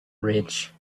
rich